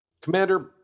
Commander